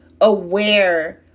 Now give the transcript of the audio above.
aware